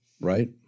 Right